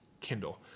Kindle